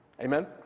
Amen